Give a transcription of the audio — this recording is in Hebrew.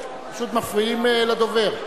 אתם פשוט מפריעים לדובר.